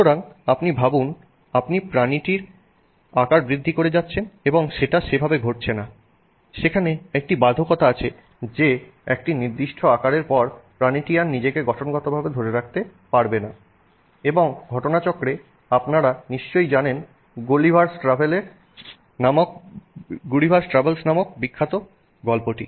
সুতরাং আপনি ভাবুন আপনি প্রাণীটির আকার বৃদ্ধি করে যাচ্ছেন এবং সেটা সেভাবে ঘটছে না সেখানে একটি বাধকতা আছে যে একটি নির্দিষ্ট আকারের পর প্রাণীটি আর নিজেকে গঠনগতভাবে ধরে রাখতে পারবেনা এবং ঘটনাচক্রে আপনারা নিশ্চয়ই জানেন গুলিভার'স ট্রাভেলস Gulliver's travels নামক প্রখ্যাত গল্পটি